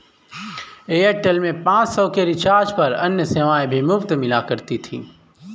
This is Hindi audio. एयरटेल में पाँच सौ के रिचार्ज पर अन्य सेवाएं भी मुफ़्त मिला करती थी